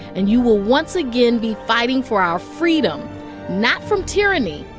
and you will once again be fighting for our freedom not from tyranny,